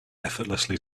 effortlessly